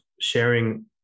sharing